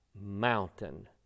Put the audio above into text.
mountain